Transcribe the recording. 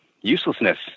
uselessness